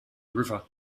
river